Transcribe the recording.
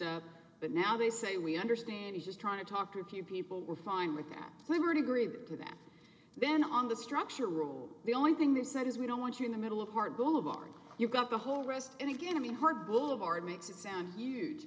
up but now they say we understand he's trying to talk to a few people were fine with that we were to agree to that then on the structure rule the only thing they said is we don't want you in the middle of part boulevard you've got the whole rest and again i mean hard boulevard makes it sound huge